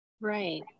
Right